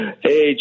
Hey